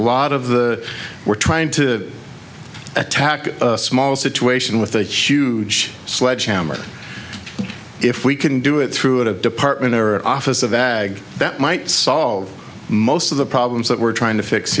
lot of the we're trying to attack a small situation with a huge sledgehammer and if we can do it through a department or office of ag that might solve most of the problems that we're trying to fix